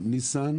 ניסן